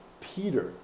Peter